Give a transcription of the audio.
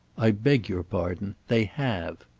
i beg your pardon. they have.